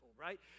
right